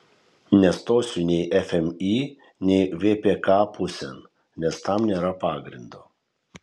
nestosiu nei fmį nei vpk pusėn nes tam nėra pagrindo